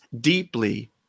deeply